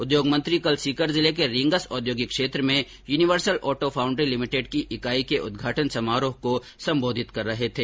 उद्योग मंत्री कल सीकर जिले के रींगस औद्योगिक क्षेत्र में युनिवर्सल ऑटो फाउन्ड्री लिमिटेड की इकाई के उद्घाटन समारोह को संबोधित कर रहे थे